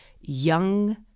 young